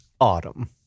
autumn